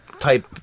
type